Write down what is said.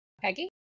peggy